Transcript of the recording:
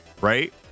right